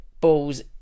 balls